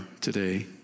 today